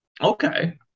Okay